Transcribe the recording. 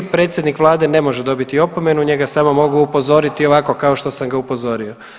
Predsjednik Vlade ne može dobiti opomenu, njega samo mogu upozoriti ovako kao što sam ga upozorio.